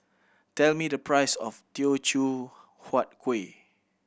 tell me the price of Teochew Huat Kueh